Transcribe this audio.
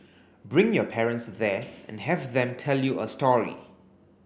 bring your parents there and have them tell you a story